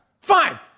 Fine